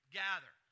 gather